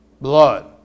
blood